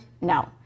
No